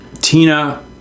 Tina